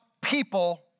people